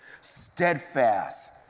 steadfast